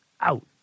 out